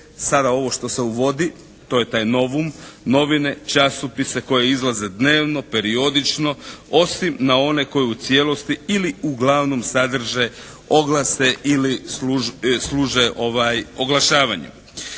sada ovo što se uvodi, to je taj novum, novine, časopise koje izlaze dnevno, periodično, osim na one koje u cijelosti ili uglavnom sadrže oglase ili služe oglašavanju.